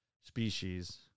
species